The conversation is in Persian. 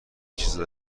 چیزا